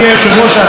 מקסימליסטית.